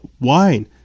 wine